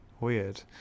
Weird